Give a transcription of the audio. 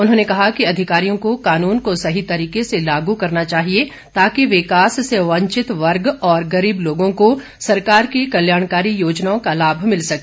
उन्होंने कहा कि अधिकारियों को कानून को सही तरीके से लागू करना चाहिए ताकि विकास से वंचित वर्ग और गरीब लोगों को सरकार की कल्याणकारी योजनाओं का लाभ मिल सके